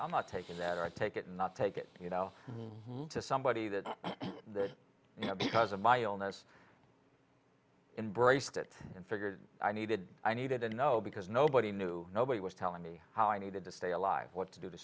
i'm not taking that i take it and not take it you know to somebody that you know because of my illness embrace that and figured i needed i needed to know because nobody knew nobody was telling me how i needed to stay alive what to do to